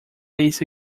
isso